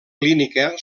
clínica